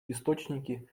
источники